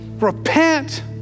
repent